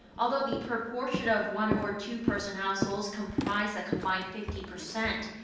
although the proportion of one or two-person households comprised a combined fifty percent,